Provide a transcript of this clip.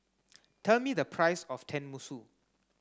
tell me the price of Tenmusu